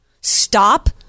stop